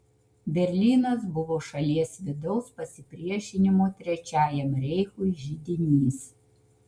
berlynas buvo šalies vidaus pasipriešinimo trečiajam reichui židinys